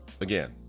Again